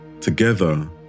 together